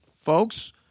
folks